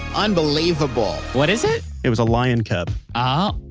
unbelievable what is it? it was a lion cub oh.